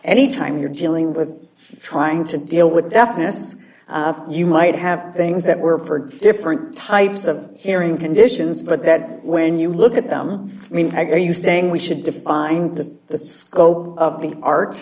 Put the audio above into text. anytime you're dealing with trying to deal with deafness you might have things that were for different types of hearing conditions but that when you look at them i mean you saying we should define the scope of the art